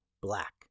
black